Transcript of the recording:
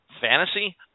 fantasy